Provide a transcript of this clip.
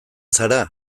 zara